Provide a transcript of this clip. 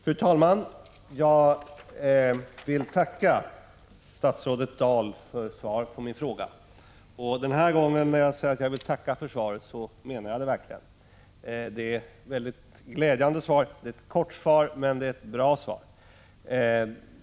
Fru talman! Jag vill tacka statsrådet Dahl för svaret på min fråga. Den här gången, när jag säger att jag vill tacka för svaret, menar jag det verkligen. Det är ett väldigt glädjande svar. Det är ett kort svar, men det är ett bra svar.